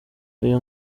uyu